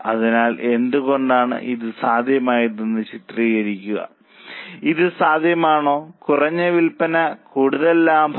അതിനാൽ എന്തുകൊണ്ടാണ് ഇത് സാധ്യമായതെന്ന് ചിന്തിക്കുക ഇത് സാധ്യമാണോ കുറഞ്ഞ വിൽപ്പനയും കൂടുതൽ ലാഭവും